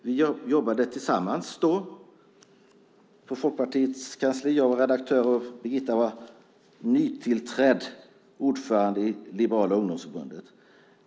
Vi jobbade då tillsammans på Folkpartiets kansli. Jag var redaktör och Birgitta var nytillträdd ordförande i Liberala ungdomsförbundet.